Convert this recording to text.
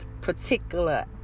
particular